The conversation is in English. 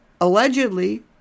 allegedly